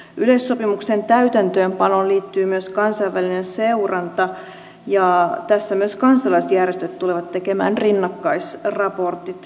yleissopimuksen täytäntöönpanoon liittyy myös kansainvälinen seuranta ja tässä myös kansalaisjärjestöt tulevat tekemään rinnakkaisraportit